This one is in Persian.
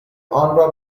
آنرا